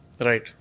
Right